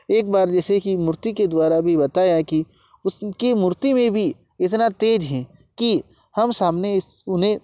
एक बार जैसे की मूर्ति के द्वारा भी बताया है कि उसके मूर्ति में भी इतना तेज है कि हम सामने उन्हें